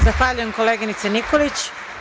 Zahvaljujem, koleginice Nikolić.